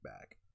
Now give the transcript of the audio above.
back